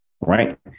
Right